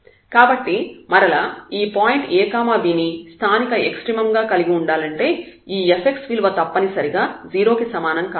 కాబట్టి మరలా ఈ పాయింట్ a b ని స్థానిక ఎక్సట్రీమమ్ గా కలిగి ఉండాలంటే ఈ fx విలువ తప్పనిసరిగా 0 కి సమానం కావాలి